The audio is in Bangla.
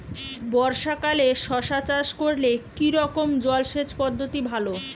বর্ষাকালে শশা চাষ করলে কি রকম জলসেচ পদ্ধতি ভালো?